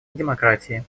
демократии